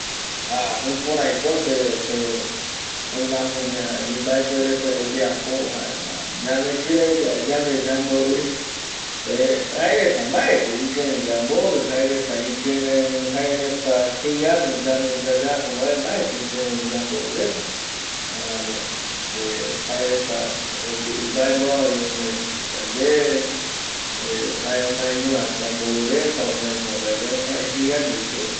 Jaha jukuraiko se oime amogue imbaepuere puere oyeapo jaema ñanekirei yae yande yambori Jaereta mbaeti vi ikirei yambori, jae reta ikirei jae reta jeiaño yande yayapo mbae, mbaeti ikirei yambori reta jaeramo jae reta mbaemboavai ome yande jae omaeñoa yambori reta, omaeñoa mbae yayapo jae jeiaño oiko reta